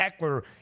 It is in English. Eckler